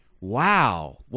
Wow